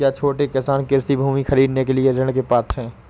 क्या छोटे किसान कृषि भूमि खरीदने के लिए ऋण के पात्र हैं?